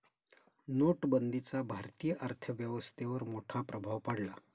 नोटबंदीचा भारतीय अर्थव्यवस्थेवर मोठा प्रभाव पडला